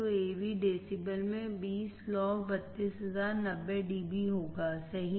तो AV decibel में 20 log 32000 90 dB होगा सही